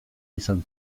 izan